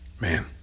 man